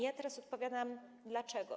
Ja teraz odpowiadam dlaczego.